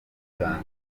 cyane